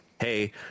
hey